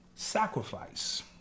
Sacrifice